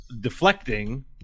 deflecting